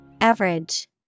Average